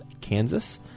Kansas